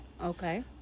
okay